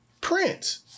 Prince